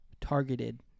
targeted